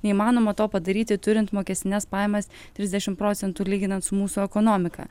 neįmanoma to padaryti turint mokestines pajamas trisdešim procentų lyginant su mūsų ekonomika